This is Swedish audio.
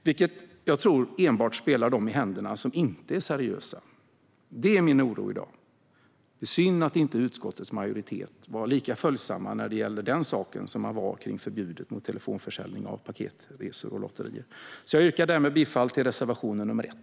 Det tror jag enbart spelar dem som inte är seriösa i händerna. Det är min oro i dag. Det är synd att utskottets majoritet inte var lika följsam när det gäller den saken som när det gäller förbudet mot telefonförsäljning av paketresor och lotterier. Jag yrkar bifall till reservation nr 1.